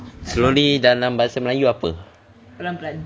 slowly dalam bahasa melayu apa